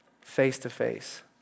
face-to-face